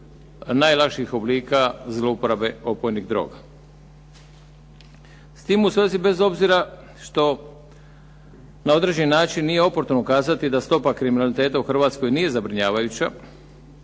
najlakših oblika zlouporabe opojnih droga. S tim u svezi bez obzira što na određeni način nije oportuno kazati da stopa kriminaliteta u Hrvatskoj nije zabrinjavajuća